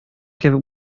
кебек